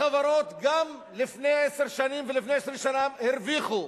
החברות, גם לפני עשר שנים ולפני 20 שנה הרוויחו.